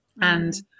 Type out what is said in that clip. And-